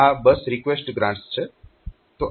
આ બસ request grant છે